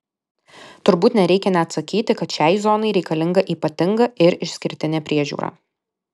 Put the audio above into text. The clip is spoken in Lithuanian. turbūt nereikia net sakyti kad šiai zonai reikalinga ypatinga ir išskirtinė priežiūra